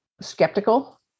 skeptical